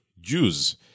Jews